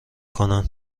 کنن